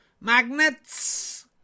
magnets